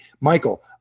Michael